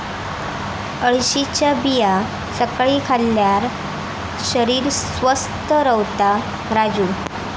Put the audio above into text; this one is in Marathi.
अळशीच्या बिया सकाळी खाल्ल्यार शरीर स्वस्थ रव्हता राजू